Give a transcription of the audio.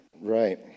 Right